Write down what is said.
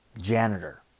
janitor